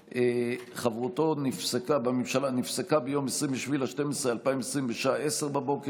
חברותו בממשלה נפסקה ביום 27 בדצמבר 2020 בשעה 10:00,